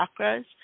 chakras